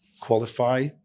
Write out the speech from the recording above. qualify